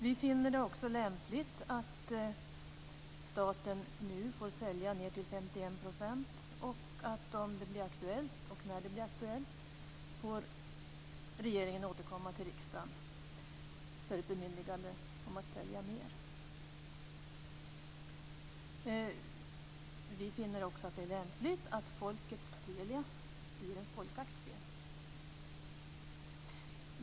Vi finner det lämpligt att staten nu får sälja ned till 51 % och att regeringen om och i så fall när det blir aktuellt får återkomma till riksdagen för ett bemyndigande om att sälja mer. Vi finner också att det är lämpligt att folkets Telia blir en folkaktie.